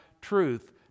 truth